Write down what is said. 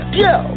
go